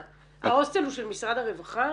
ההוסטל הוא של משרד הרווחה?